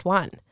one